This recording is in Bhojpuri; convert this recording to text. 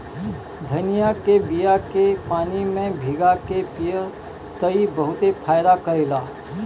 धनिया के बिया के पानी में भीगा के पिय त ई बहुते फायदा करेला